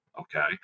okay